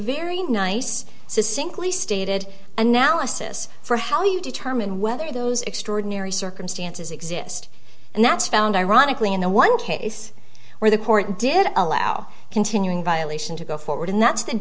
very nice singly stated analysis for how you determine whether those extraordinary circumstances exist and that's found ironically in the one case where the court did allow continuing violation to go forward and that's the